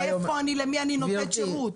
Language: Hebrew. למי אני נותנת שירות?